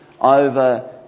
over